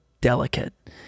delicate